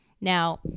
now